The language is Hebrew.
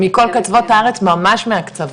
מכל קצוות הארץ ממש מהקצוות,